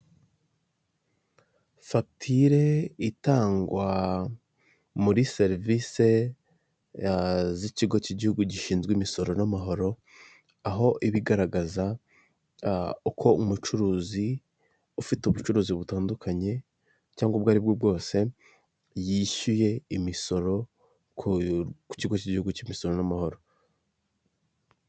Fagitire itangwa muri serivise z'ikigo cy'igihugu gishinzwe imisoro n'amahoro, aho iba igaragaza uko umucuruzi ufite ubucuruzi butandukanye cyangwa ubwo aribwo bwose yishyuye imisoro ku kigo cy'igihugu cy'imisoro n'amahoro.